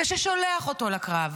זה ששולח אותו לקרב.